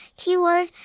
keyword